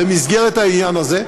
במסגרת העניין הזה,